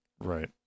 Right